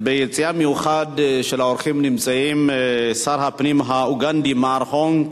ביציע המיוחד של האורחים נמצאים שר הפנים האוגנדי מר הונק